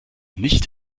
nicht